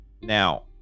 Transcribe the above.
Now